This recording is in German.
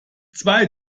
zwei